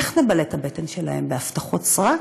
איך נמלא את הבטן שלהן, בהבטחות סרק?